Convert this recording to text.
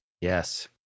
Yes